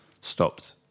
stopped